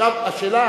עכשיו השאלה,